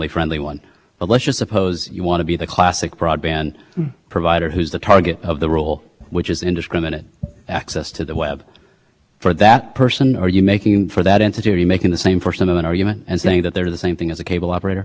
otherwise objectionable so congress at the same time it's granting immunity for things that you train a broadband provider transmits over the network also says yes there is a value to this editorial function that a broadband provider performs just like in the